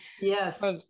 yes